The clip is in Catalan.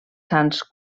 sants